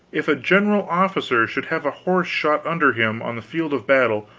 if a general officer should have a horse shot under him on the field of battle,